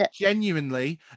genuinely